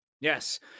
yes